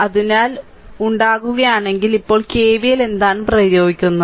അതിനാൽ ഉണ്ടാക്കുകയാണെങ്കിൽ ഇപ്പോൾ KVL എന്താണ് പ്രയോഗിക്കുന്നത്